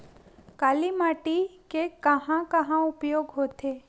काली माटी के कहां कहा उपयोग होथे?